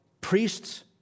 priests